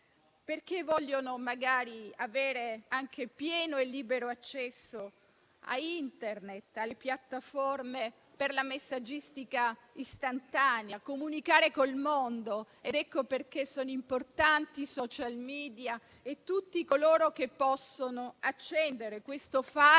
perché vogliono avere anche pieno e libero accesso a Internet e alle piattaforme per la messaggistica istantanea, per comunicare col mondo. Per questo sono importanti i *social media* e tutti coloro che possono accendere questo faro,